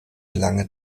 lange